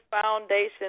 foundation